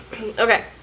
Okay